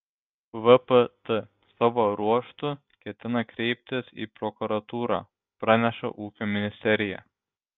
vpt savo ruožtu ketina kreiptis į prokuratūrą praneša ūkio ministerija